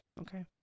okay